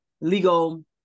legal